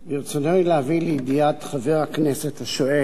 ברצוני להביא לידיעת חבר הכנסת השואל,